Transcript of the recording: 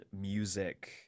music